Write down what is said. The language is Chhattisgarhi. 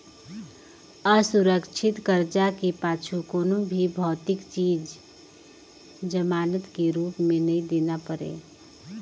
असुरक्छित करजा के पाछू कोनो भी भौतिक चीच जमानत के रूप मे नई देना परे